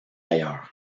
ailleurs